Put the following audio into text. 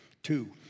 Two